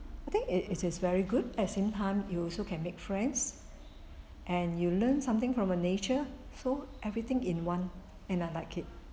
I think it is is very good at same time you also can make friends and you learn something from the nature so everything in one and I like it